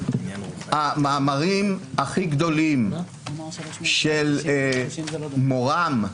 שלושת המאמרים הכי גדולים של מורם,